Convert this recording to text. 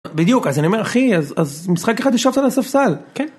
בדיוק, אז אני אומר, אחי, אז משחק אחד ישבת על הספסל, כן?